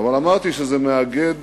אבל אמרתי שזה מאגד